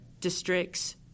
district's